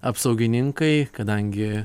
apsaugininkai kadangi